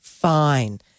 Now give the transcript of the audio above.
Fine